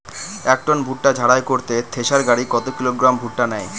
এক টন ভুট্টা ঝাড়াই করতে থেসার গাড়ী কত কিলোগ্রাম ভুট্টা নেয়?